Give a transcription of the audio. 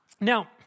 Now